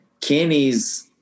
Kenny's